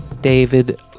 David